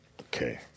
Okay